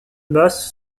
masse